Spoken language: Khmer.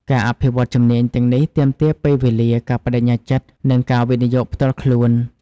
ការអភិវឌ្ឍជំនាញទាំងនេះទាមទារពេលវេលា ការប្តេជ្ញាចិត្ត និងការវិនិយោគផ្ទាល់ខ្លួន។